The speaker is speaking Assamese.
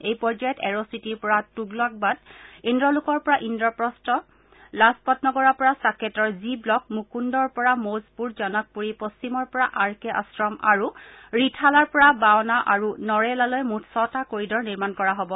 এই পৰ্যায়ত এৰচিটীৰ পৰা তুগলকাবাদ ইদ্ৰলোকৰ পৰা ইদ্ৰপ্ৰস্থ লাজপত নগৰৰ পৰা চাকেটৰ জিব্লক মুকুন্দৰ পৰা মৌজপুৰ জনকপুৰী পশ্চিমৰ পৰা আৰ কে আশ্ৰম আৰু ৰিঠালাৰ পৰা বাৱানা আৰু নৰেলালৈ মুঠ ছটা কৰিডৰ নিৰ্মাণ কৰা হ'ব